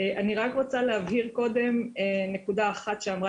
אני רק רוצה להבהיר קודם נקודה אחת שאמרה